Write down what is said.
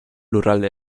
lurralde